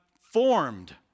formed